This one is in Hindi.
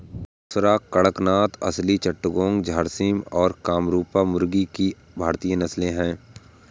बुसरा, कड़कनाथ, असील चिट्टागोंग, झर्सिम और कामरूपा मुर्गी की भारतीय नस्लें हैं